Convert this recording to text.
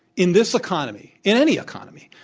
in this economy, in any economy,